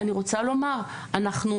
אני רוצה לומר - היום,